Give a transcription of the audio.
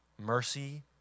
Mercy